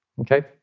Okay